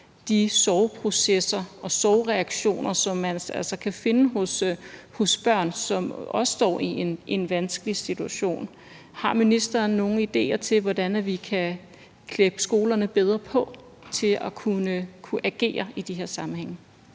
de sorgprocesser og sorgreaktioner, som man altså kan finde hos børn, som også står i en vanskelig situation? Har ministeren nogle idéer til, hvordan vi kan klæde skolerne bedre på til at kunne agere i de her sammenhænge?